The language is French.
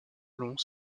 longs